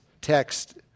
text